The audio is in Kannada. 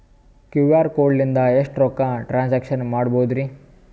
ಕ್ಯೂ.ಆರ್ ಕೋಡ್ ಲಿಂದ ಎಷ್ಟ ರೊಕ್ಕ ಟ್ರಾನ್ಸ್ಯಾಕ್ಷನ ಮಾಡ್ಬೋದ್ರಿ?